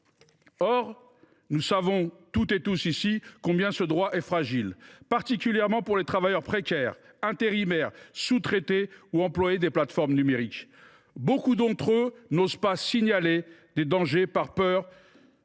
Nous savons tous combien ce droit est fragile, particulièrement pour les travailleurs précaires, intérimaires, sous traitants ou employés des plateformes numériques. Beaucoup d’entre eux n’osent pas signaler des dangers par peur